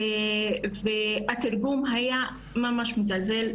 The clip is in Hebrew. והתרגום היה ממש מזלזל,